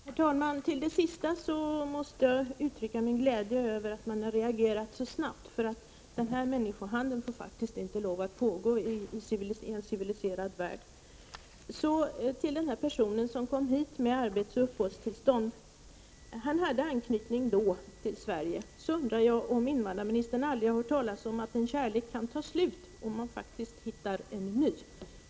Herr talman! Vad gäller det som statsrådet senast sade måste jag uttrycka min glädje över att man har reagerat så snabbt som skett. Den här människohandeln får inte pågå i en civiliserad värld! När det sedan gäller den person som kom hit med arbetsoch uppehållstillstånd och som då hade anknytning till Sverige undrar jag om invandrarministern aldrig har hört talas om att en kärlek kan ta slut och att man faktiskt kan hitta en ny.